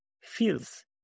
feels